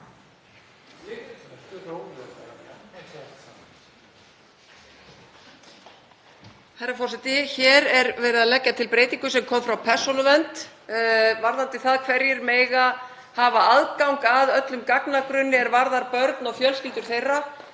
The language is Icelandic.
Hér er verið að leggja til breytingu sem kom frá Persónuvernd varðandi það hverjir megi hafa aðgang að gagnagrunni er varðar börn og fjölskyldur þeirra,